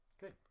Good